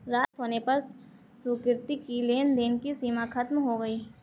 रात होने पर सुकृति की लेन देन की सीमा खत्म हो गई